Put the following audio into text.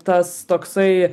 tas toksai